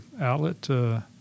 outlet